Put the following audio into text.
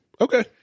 Okay